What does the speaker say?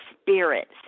spirit